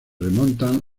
remontan